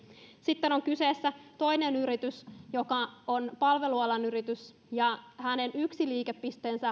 sitten on toinen yritys joka on palvelualan yritys ja jonka yksi liikepiste